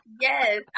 yes